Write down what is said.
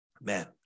Man